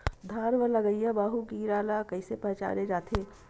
धान म लगईया माहु कीरा ल कइसे पहचाने जाथे?